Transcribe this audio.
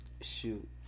Shoot